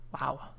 Wow